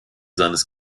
seines